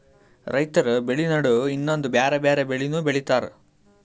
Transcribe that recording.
ರೈತರ್ ಬೆಳಿ ನಡು ಇನ್ನೊಂದ್ ಬ್ಯಾರೆ ಬ್ಯಾರೆ ಬೆಳಿನೂ ಬೆಳಿತಾರ್